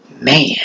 Man